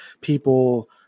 people